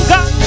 God